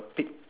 pig